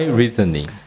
reasoning